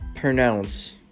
pronounce